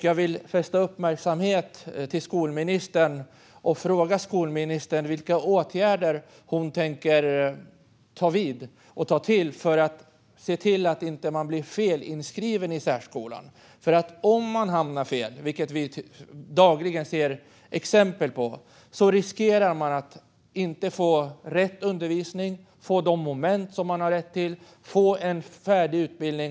Jag vill fästa skolministerns uppmärksamhet på detta och fråga skolministern vilka åtgärder hon tänker vidta för att se till att elever inte blir felaktigt inskrivna i särskolan. Om man hamnar fel, vilket vi dagligen ser exempel på, riskerar man att inte få rätt undervisning, att inte få de moment som man har rätt till och att inte få en färdig utbildning.